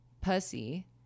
pussy